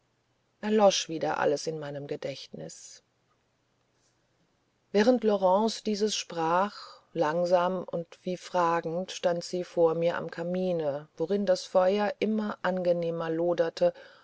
erlosch wieder alles in meinem gedächtnis während laurence dieses sprach langsam und wie fragend stand sie vor mir am kamine worin das feuer immer angenehmer loderte